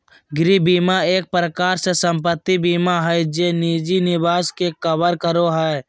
गृह बीमा एक प्रकार से सम्पत्ति बीमा हय जे निजी निवास के कवर करो हय